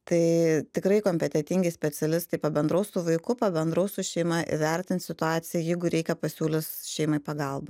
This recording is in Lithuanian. tai tikrai kompetentingi specialistai pabendraus su vaiku pabendraus su šeima įvertins situaciją jeigu reikia pasiūlys šeimai pagalbą